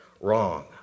wrong